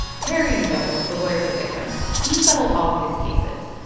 terry though, the lawyer for the victims, he's settled all his cases.